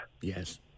Yes